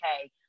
okay